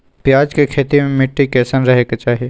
प्याज के खेती मे मिट्टी कैसन रहे के चाही?